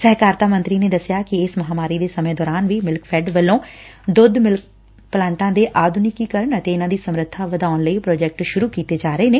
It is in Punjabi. ਸਹਿਕਾਰਤਾ ਮੰਤਰੀ ਨੇ ਦਸਿਆ ਕਿ ਇਸ ਮਹਾਂਮਾਰੀ ਦੇ ਸਮੇ ਦੌਰਾਨ ਵੀ ਮਿਲਕਫੈਡ ਵੱਲੋ ਮਿਲਕ ਪਲਾਟਾਂ ਦੇ ਆਧੁਨਿਕੀਕਰਨ ਅਤੇ ਇਨੂਾਂ ਦੀ ਸਮਰੱਬਾ ਵਧਾਉਣ ਲਈ ਕਈ ਪ੍ਰਾਜੈਕਟ ਸੁਰੂ ਕੀਤੇ ਜਾ ਰਹੇ ਨੇ